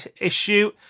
issue